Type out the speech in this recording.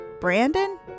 Brandon